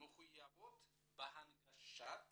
מחויבות בהנגשת